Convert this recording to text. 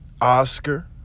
Oscar